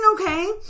okay